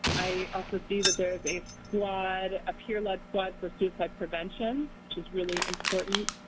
i also see that there is a squad, a peer-led squad for suicide prevention, which is really important.